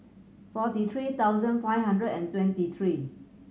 forty three thousand five hundred and twenty three